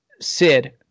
Sid